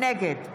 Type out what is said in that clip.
נגד